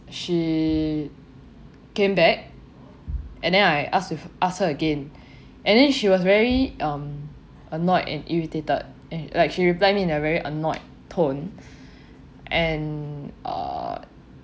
she came back and then I asked if ask her again and then she was very um annoyed and irritated and like she replied in a very annoyed tone and err